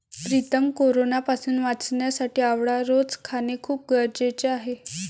प्रीतम कोरोनापासून वाचण्यासाठी आवळा रोज खाणे खूप गरजेचे आहे